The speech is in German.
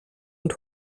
und